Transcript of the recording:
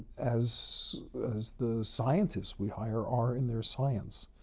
as as the scientists we hire are in their science.